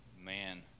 man